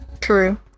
true